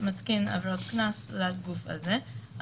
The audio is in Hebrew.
שמתקין עבירות קנס לגוף הזה.